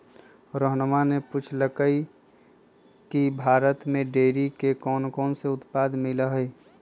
रोहणवा ने पूछल कई की भारत में डेयरी के कौनकौन से उत्पाद मिला हई?